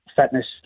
fitness